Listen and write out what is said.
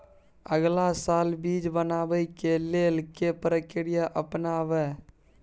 अगला साल बीज बनाबै के लेल के प्रक्रिया अपनाबय?